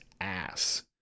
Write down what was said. ass